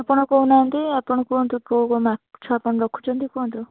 ଆପଣ କହୁନାହାନ୍ତି ଆପଣ କୁହନ୍ତୁ କେଉଁ କେଉଁ ମାଛ ଆପଣ ରଖୁଛନ୍ତି କୁହନ୍ତୁ